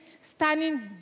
standing